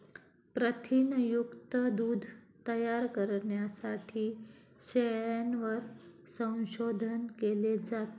प्रथिनयुक्त दूध तयार करण्यासाठी शेळ्यांवर संशोधन केले जाते